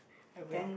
I will